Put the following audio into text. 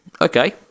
Okay